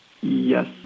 Yes